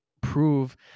prove